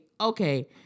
Okay